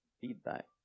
feedback